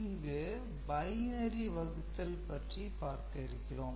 இங்கு பைனரி வகுத்தல் பற்றி பார்க்க இருக்கிறோம்